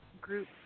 group